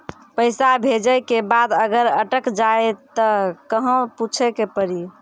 पैसा भेजै के बाद अगर अटक जाए ता कहां पूछे के पड़ी?